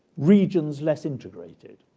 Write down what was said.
regions less integrated,